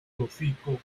hocico